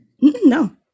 No